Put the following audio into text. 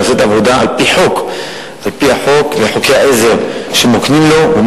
שעושה את העבודה על-פי החוק וחוקי העזר שמוקנים לו.